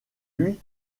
lui